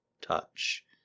touch